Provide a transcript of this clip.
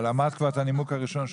אבל אמרת כבר את הנימוק הראשון,